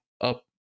up